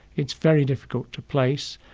it's very difficult to place,